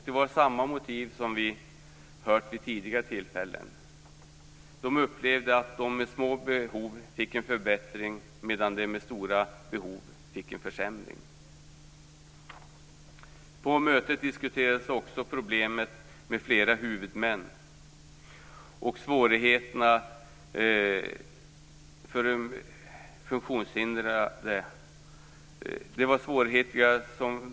Det var samma motiv som vi har hört vid tidigare tillfällen. Man upplevde att de med små behov fick en förbättring medan de med stora behov fick en försämring. På mötet diskuterades också problemet med flera huvudmän. Detta leder till svårigheter.